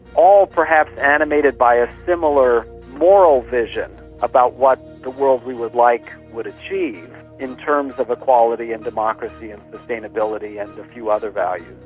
all perhaps animated by a similar moral vision about what the world we would like would achieve in terms of equality and democracy and sustainability and a few other values,